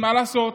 מה לעשות,